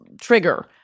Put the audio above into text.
trigger